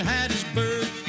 Hattiesburg